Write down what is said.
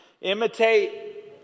imitate